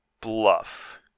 Bluff